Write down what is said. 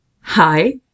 Hi